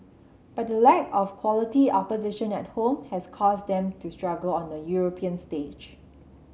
but the lack of quality opposition at home has caused them to struggle on the European stage